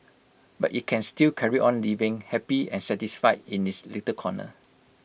but IT can still carry on living happy and satisfied in its little corner